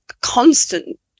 constant